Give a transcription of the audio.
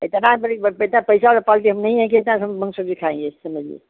इतना बड़ी बेटा पैसा का हम नहीं है कि इतना हम महँगा सब्ज़ी खाएँगे समझ गए